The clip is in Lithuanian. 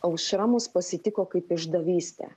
aušra mus pasitiko kaip išdavystė